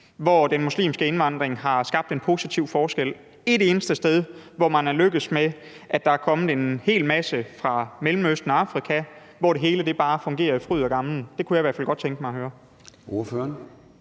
hvor den muslimske indvandring har gjort en positiv forskel – et eneste sted, hvor der er kommet en hel masse fra Mellemøsten og Afrika, og hvor man er lykkedes med det og det hele bare fungerer og er fryd og gammen? Det kunne jeg i hvert fald godt tænke mig at høre.